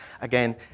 Again